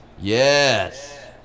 Yes